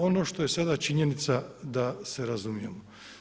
Ono što je sada činjenica da se razumijemo.